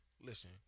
listen